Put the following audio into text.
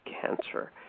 cancer